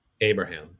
abraham